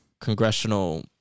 congressional